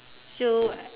so